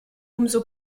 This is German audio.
umso